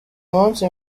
munsi